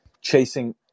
chasing